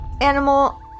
animal